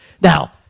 Now